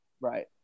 Right